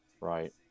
right